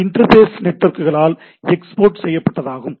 interface நெட்வொர்க்குகளால் export செய்யப்பட்டதாகும்